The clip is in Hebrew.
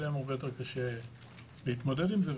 יהיה להן הרבה יותר קשה להתמודד עם זה,